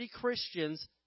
Christians